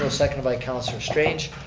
so seconded by councilor strange,